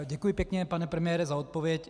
Děkuji pěkně, pane premiére, za odpověď.